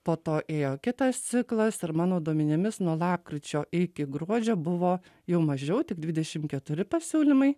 po to ėjo kitas ciklas ir mano duomenimis nuo lapkričio iki gruodžio buvo jau mažiau tik dvidešim keturi pasiūlymai